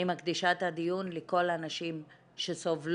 אני מקדישה את הדיון לכל הנשים שסובלות